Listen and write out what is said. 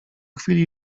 chwili